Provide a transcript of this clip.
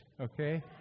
okay